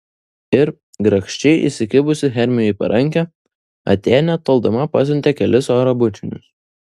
ir grakščiai įsikibusi hermiui į parankę atėnė toldama pasiuntė kelis oro bučinius